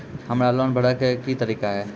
हमरा लोन भरे के की तरीका है?